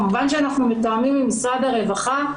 כמובן שאנחנו מתואמים עם משרד הרווחה,